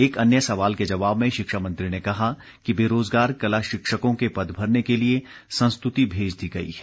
एक अन्य सवाल के जवाब में शिक्षा मंत्री ने कहा कि बेरोज़गार कला शिक्षकों के पद भरने के लिए संस्तुति भेज दी गई है